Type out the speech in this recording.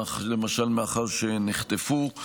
למשל מאחר שנחטפו.